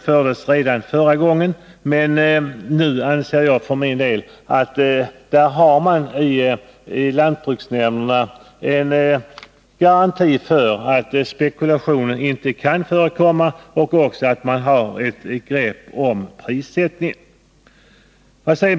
För min del anser jag att man i lantbruksnämnderna har en garanti för att spekulation inte kan förekomma. Man har också ett grepp om prissättningen.